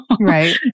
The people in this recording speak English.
Right